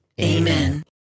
Amen